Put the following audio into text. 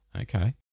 Okay